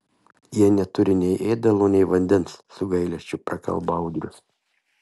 jie neturi nei ėdalo nei vandens su gailesčiu prakalbo audrius